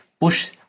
push